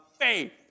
faith